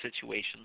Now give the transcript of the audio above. situations